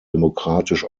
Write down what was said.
demokratisch